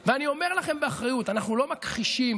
אני כשר האוצר עסוק בזה לילות כימים.